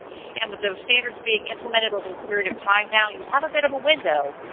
and with those standards being implemented over a period of time now, you have a bit of a window.